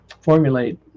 formulate